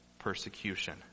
persecution